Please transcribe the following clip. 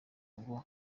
ngo